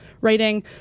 writing